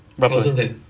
berapa